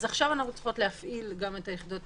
אז עכשיו אנחנו צריכות להפעיל גם את יחידות